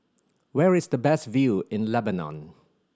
where is the best view in Lebanon